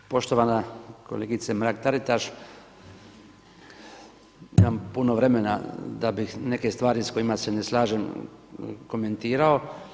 Poštovana kolegice Mrak-Taritaš, nemam puno vremena da bih neke stvari s kojima se ne slažem komentirao.